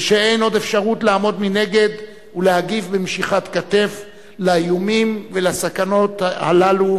ושאין עוד אפשרות לעמוד מנגד ולהגיב במשיכת כתף לאיומים ולסכנות הללו,